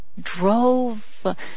drove